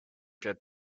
that